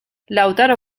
lautaro